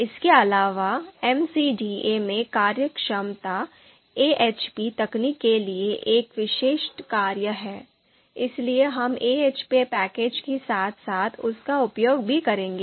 इसके अलावा MCDA में कार्यक्षमता AHP तकनीक के लिए एक विशिष्ट कार्य है इसलिए हम AHP पैकेज के साथ साथ उसका उपयोग भी करेंगे